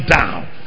down